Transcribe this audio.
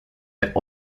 der